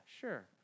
sure